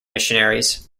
missionaries